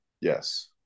Yes